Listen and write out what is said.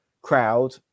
crowd